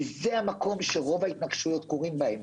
כי זה המקום שרוב ההתנגשויות קורות בהם